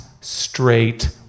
straight